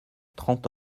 trente